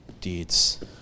deeds